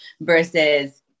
versus